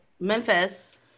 Memphis